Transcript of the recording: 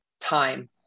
time